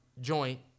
joint